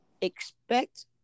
expect